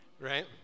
right